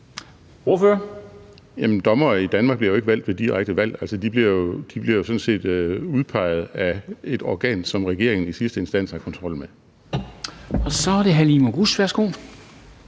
Jamen dommere i Danmark bliver jo ikke valgt ved direkte valg. Altså, de bliver jo sådan set udpeget af et organ, som regeringen i sidste instans har kontrol med.